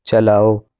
چلاؤ